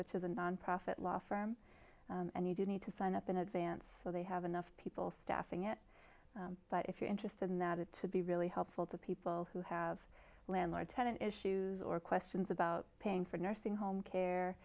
which is a nonprofit law firm and you do need to sign up in advance so they have enough people staffing it but if you're interested in that had to be really helpful to people who have landlord tenant issues or questions about paying for nursing home